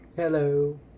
hello